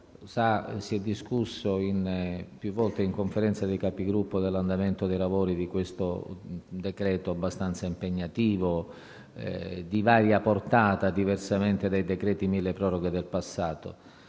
si è discusso più volte in Conferenza dei Capigruppo dell'andamento dei lavori relativi a questo decreto-legge abbastanza impegnativo, di varia portata, diversamente dai decreti milleproroghe del passato,